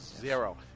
Zero